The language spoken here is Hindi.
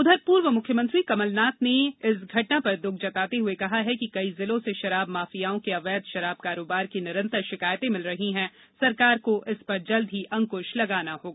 उधर पूर्व मुख्यमंत्री कमलनाथ ने उक्त घटना पर दुःख जताते हुए कहा है कि कई जिलों से शराब माफियाओं के अवैध शराब कारोबार की निरंतर शिकायतें मिल रही हैं सरकार को इस पर जल्द ही अंकुश लगाना होगा